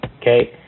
okay